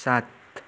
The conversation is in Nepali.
सात